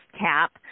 cap